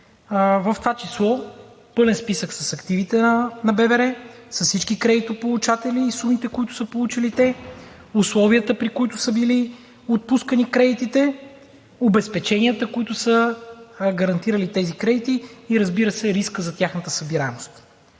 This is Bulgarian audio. в това число пълен списък с активите на ББР, с всички кредитополучатели и сумите, които са получили те, условията, при които са били отпускани кредитите, обезпеченията, които са гарантирали тези кредити, и, разбира се, риска за тяхната събираемост.